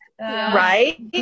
right